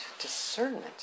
discernment